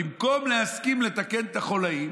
ובמקום להסכים לתקן את החוליים,